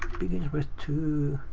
begins with two,